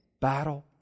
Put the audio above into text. battle